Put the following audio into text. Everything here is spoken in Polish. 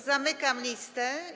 Zamykam listę.